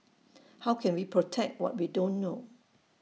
how can we protect what we don't know